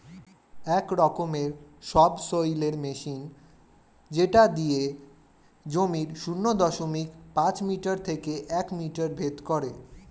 এক রকমের সবসৈলের মেশিন যেটা দিয়ে জমির শূন্য দশমিক পাঁচ মিটার থেকে এক মিটার ভেদ করে